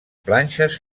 planxes